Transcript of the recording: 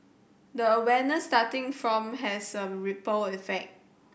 the awareness starting from has a ripple effect